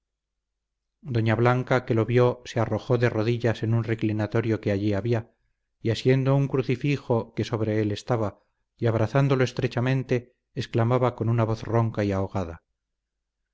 doña blanca que lo vio se arrojó de rodillas en un reclinatorio que allí había y asiendo un crucifijo que sobre él estaba y abrazándolo estrechamente exclamaba con una voz ronca y ahogada